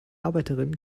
arbeiterinnen